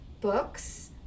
books